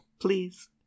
please